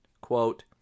Quote